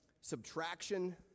subtraction